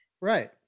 right